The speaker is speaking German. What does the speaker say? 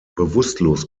bewusstlos